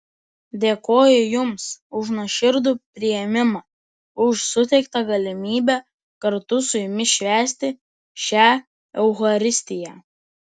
dėkoju jums už nuoširdų priėmimą už suteiktą galimybę kartu su jumis švęsti šią eucharistiją